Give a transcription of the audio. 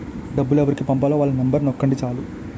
డబ్బు ఎవరికి పంపాలో వాళ్ళ నెంబరు నొక్కండి చాలు